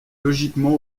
logiquement